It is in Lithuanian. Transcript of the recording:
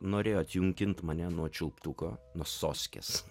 norėjo atjunkyt mane nuo čiulptuko nuo soskės